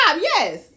Yes